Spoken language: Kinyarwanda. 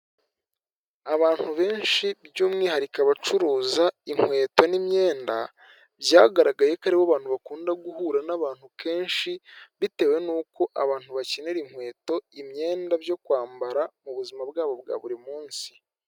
Abantu benshi by'umwihariko abacuruza inkweto n'imyenda, byagaragaye ko aribo bantu bakunda guhura n'abantu kenshi, bitewe n'uko abantu bakinra inkweto imyenda byo kwambara m'ubuzima bwabo bwa buri munsi.